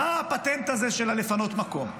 מה הפטנט הזה של לפנות מקום?